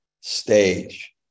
stage